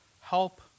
help